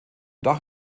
dach